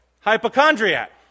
hypochondriac